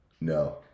No